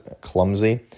clumsy